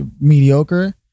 mediocre